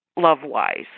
love-wise